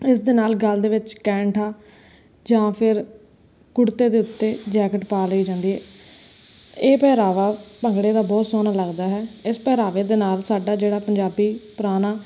ਇਸ ਦੇ ਨਾਲ ਗਲ ਦੇ ਵਿੱਚ ਕੈਂਠਾ ਜਾਂ ਫਿਰ ਕੁੜਤੇ ਦੇ ਉੱਤੇ ਜੈਕੇਟ ਪਾ ਲਈ ਜਾਂਦੀ ਹੈ ਇਹ ਪਹਿਰਾਵਾ ਭੰਗੜੇ ਦਾ ਬਹੁਤ ਸੋਹਣਾ ਲੱਗਦਾ ਹੈ ਇਸ ਪਹਿਰਾਵੇ ਦੇ ਨਾਲ ਸਾਡਾ ਜਿਹੜਾ ਪੰਜਾਬੀ ਪੁਰਾਣਾ